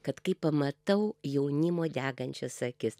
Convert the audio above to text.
kad kai pamatau jaunimo degančias akis